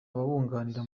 ababunganira